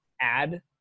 add